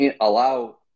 allow